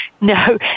No